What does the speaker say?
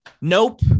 Nope